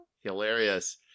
Hilarious